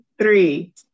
three